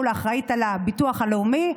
מול האחראית על הביטוח הלאומי,